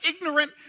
ignorant